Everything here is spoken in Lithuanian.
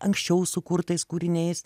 anksčiau sukurtais kūriniais